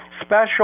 special